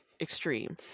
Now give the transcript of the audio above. extreme